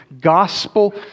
gospel